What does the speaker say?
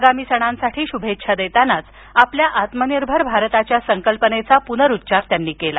आगामी सणांसाठी शुभेच्छा देतानाच आपल्या आत्मनिर्भर भारताच्या संकल्पनेचा पुनरुच्चार त्यांनी केला